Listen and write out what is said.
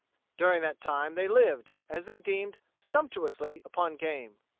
during that time they lived, as they deemed, sumptuously, upon game.